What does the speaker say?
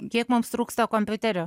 kiek mums trūksta kompiuterių